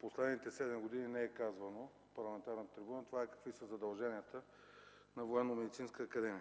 последните седем години не е казвано от парламентарната трибуна – какви са задълженията на